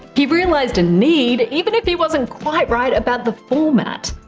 he realized a need, even if he wasn't quite right about the format.